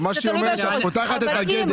אבל מה שהיא אומרת זה שאת פותחת את הגדר,